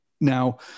Now